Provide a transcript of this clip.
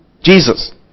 Jesus